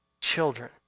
children